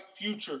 future